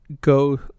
go